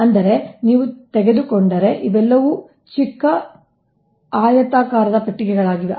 ಆದ್ದರಿಂದ ನೀವು ತೆಗೆದುಕೊಂಡರೆ ಇವೆಲ್ಲವೂ ಚಿಕ್ಕ ಆಯತಾಕಾರದ ಪೆಟ್ಟಿಗೆಗಳಾಗಿವೆ